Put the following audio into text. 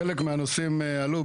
חלק מהנושאים עלו,